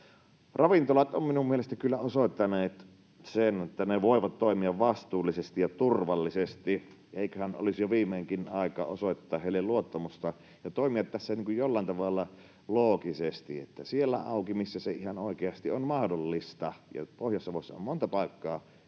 Ravintolat ovat minun mielestäni kyllä osoittaneet sen, että ne voivat toimia vastuullisesti ja turvallisesti. Eiköhän olisi jo viimeinkin aika osoittaa heille luottamusta ja toimia tässä jollain tavalla loogisesti, niin että siellä auki, missä se ihan oikeasti on mahdollista. Pohjois-Savossa on monta paikkaa,